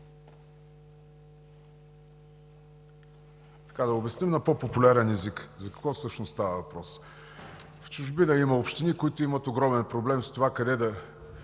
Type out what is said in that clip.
Да обясним на по-популярен език за какво всъщност става въпрос. В чужбина има общини, които имат огромен проблем с това къде да